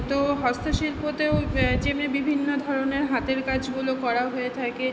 তো হস্তশিল্পতেও যে বিভিন্ন ধরণের হাতের কাজগুলো করা হয়ে থাকে